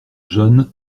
jeune